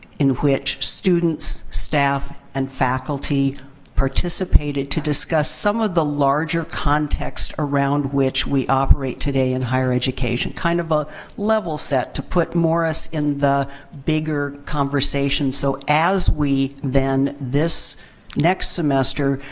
in which students, staff, and faculty participated to discuss some of the larger context around which we operate today in higher education. kind of a level set to put morris in the bigger conversation. so, as we then, this next semester,